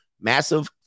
Massive